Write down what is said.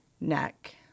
neck